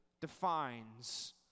defines